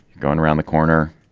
going around the corner.